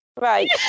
Right